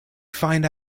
find